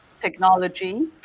technology